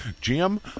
Jim